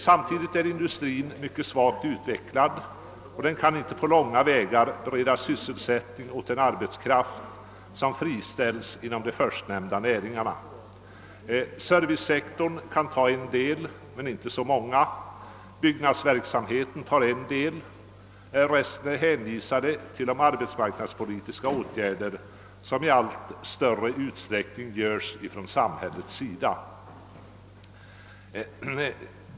Samtidigt är industrin mycket svagt utvecklad, och den kan inte på långa vägar bereda sysselsättning åt den arbetskraft som friställs inom de förstnämnda näringarna. Servicesektorn kan ta en del, men inte så många. Byggnadsverksamheten tar en del. Resten är hänvisade till de arbetsmarknadspolitiska åtgärder, som i allt större utsträckning vidtas från samhällets sida.